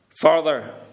Father